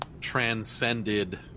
transcended